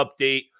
update